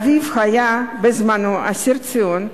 ואביו היה בזמנו אסיר ציון,